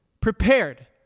prepared